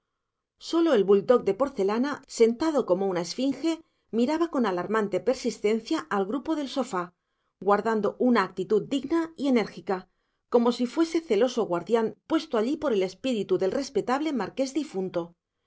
sólo el bull-dog de porcelana sentado como una esfinge miraba con alarmante persistencia al grupo del sofá guardando una actitud digna y enérgica como si fuese celoso guardián puesto allí por el espíritu del respetable marqués difunto